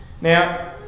Now